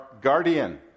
guardian